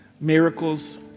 miracles